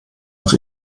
nach